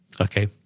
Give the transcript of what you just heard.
Okay